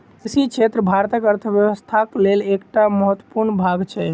कृषि क्षेत्र भारतक अर्थव्यवस्थाक लेल एकटा महत्वपूर्ण भाग छै